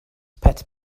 pet